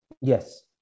Yes